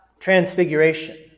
Transfiguration